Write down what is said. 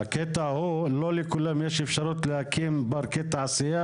הקטע הוא שלא לכולם יש אפשרות להקים פארקי תעשייה